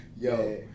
Yo